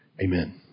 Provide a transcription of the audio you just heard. Amen